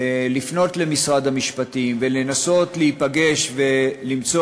לפנות למשרד המשפטים ולנסות להיפגש ולמצוא